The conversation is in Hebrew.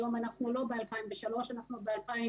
היום אנחנו לא ב-2003, אנחנו ב-2021,